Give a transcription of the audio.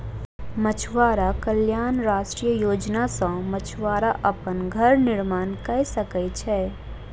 मछुआरा कल्याण राष्ट्रीय योजना सॅ मछुआरा अपन घर निर्माण कय सकै छै